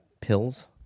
pills